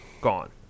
gone